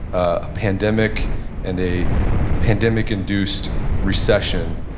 a pandemic and a pandemic-induced recession.